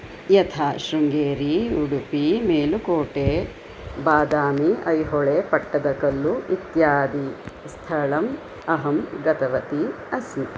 यथा श्रृङ्गेरी उडुपि मेलुकोटे बादामि ऐहोळे पट्टदकल्लु इत्यादि स्थलम् अहं गतवती अस्मि